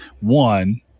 one